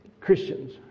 Christians